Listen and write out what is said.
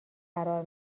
قرار